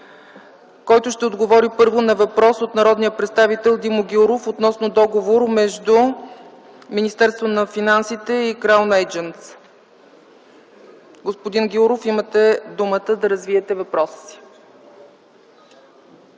който ще отговори първо на въпрос от народния представител Димо Гяуров относно договор между Министерството на финансите и „Краун Ейджънтс”. Господин Гяуров, имате думата да развиете въпроса си.